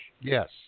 Yes